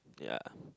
ya